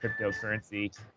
cryptocurrency